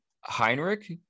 Heinrich